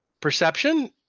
Perception